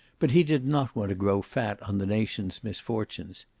but he did not want to grow fat on the nation's misfortunes.